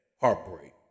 heartbreak